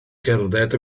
gerdded